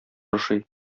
ошый